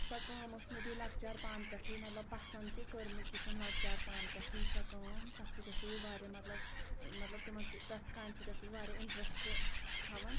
سۄ کٲم ٲسۍ مےٚ بیٚیہِ لۄکچار پانہٕ پٮ۪ٹھٔے مطلب پَسنٛد تہِ کٔرمٕژ تہِ چھیٚم لۄکچار پانہٕ پٮ۪ٹھٔے سۄ کٲم تَتھ سۭتۍ ٲسٕس بہٕ واریاہ مطلب مطلب تِمن سۭتۍ تَتھ کامہِ سۭتۍ ٲسٕس بہٕ واریاہ اِنٹرٛسٹہٕ تھاوان